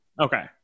okay